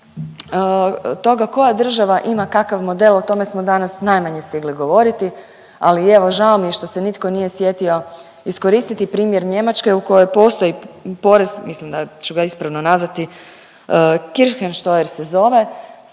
koja država ima kakav model o tome smo danas najmanje stigli govoriti, ali evo žao mi je što se nitko nije sjetio iskoristiti primjer Njemačke u kojoj postoji porez, mislim da ću ga ispravno nazvati kirchensteuer se zove.